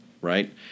right